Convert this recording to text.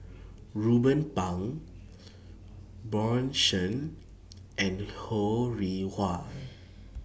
Ruben Pang Bjorn Shen and Ho Rih Hwa